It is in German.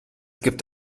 gibt